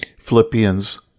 Philippians